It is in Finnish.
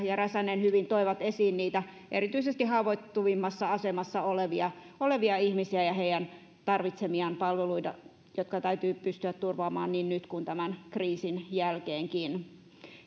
ja räsänen hyvin toivat esiin erityisesti niitä haavoittuvimmassa asemassa olevia olevia ihmisiä ja heidän tarvitsemiaan palveluita jotka täytyy pystyä turvaamaan niin nyt kuin tämän kriisin jälkeenkin